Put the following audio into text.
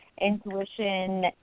intuition